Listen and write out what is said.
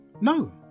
No